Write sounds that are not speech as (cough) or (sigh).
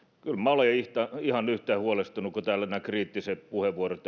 kyllä minä olen ihan yhtä huolestunut tästä velkaantumisesta kuin täällä kriittiset puheenvuorot (unintelligible)